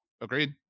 agreed